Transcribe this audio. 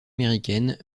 américaines